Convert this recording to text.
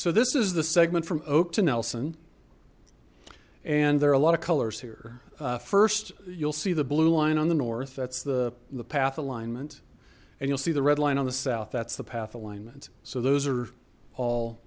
so this is the segment from oak to nelson and there are a lot of colors here first you'll see the blue line on the north that's the the path alignment and you'll see the red line on the south that's the path alignment so those are all